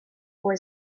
boy